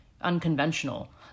unconventional